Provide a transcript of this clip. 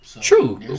True